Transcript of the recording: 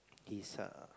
he is err